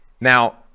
now